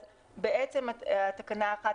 אז בעצם תקנה 1,